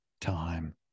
time